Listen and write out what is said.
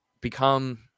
become